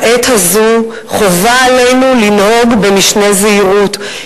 בעת הזו חובה עלינו לנהוג במשנה זהירות.